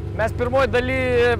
mes pirmoj daly